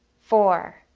four,